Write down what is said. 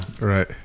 right